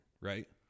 right